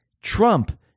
Trump